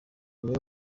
niwe